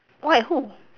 why who